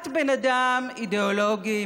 את בן אדם אידיאולוגי.